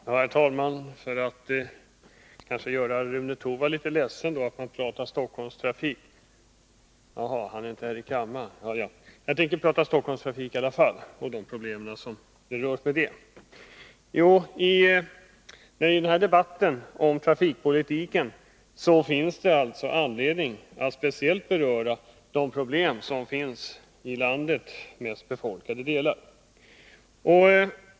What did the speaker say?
Herr talman! Om Rune Torwald hade varit kvar i kammaren, skulle jag nu antagligen ha gjort honom ledsen, eftersom jag tänker ta upp Stockholmstrafiken och dess problem. Det finns i debatten om trafikpolitiken anledning att speciellt beröra de problem som finns i landets mest befolkade delar.